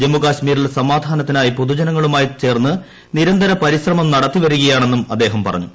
ജമ്മുകശ്മീരിൽ സമാധാനത്തിനായി പൊതുജനങ്ങളുമായി ചേർന്ന് നിരന്തര പരിശ്രമം നടത്തിവരികയാണെന്നും അദ്ദേഹം പറഞ്ഞു